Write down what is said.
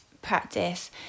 practice